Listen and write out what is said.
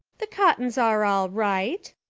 the cottons are all right,